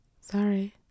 Sorry